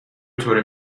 طور